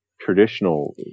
traditional